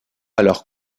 alors